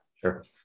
Sure